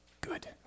good